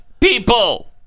people